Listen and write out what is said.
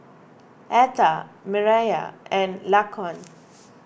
Etha Mireya and Laquan